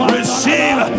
Receive